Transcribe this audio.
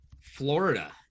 Florida